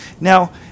Now